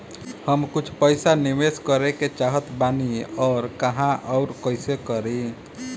हम कुछ पइसा निवेश करे के चाहत बानी और कहाँअउर कइसे करी?